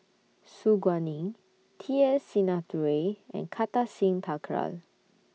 Su Guaning T S Sinnathuray and Kartar Singh Thakral